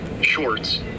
shorts